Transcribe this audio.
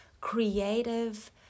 creative